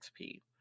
XP